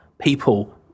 people